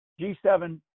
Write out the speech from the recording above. G7